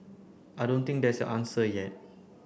I don't think there's an answer yet